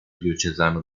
diocesano